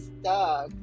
stuck